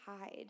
hide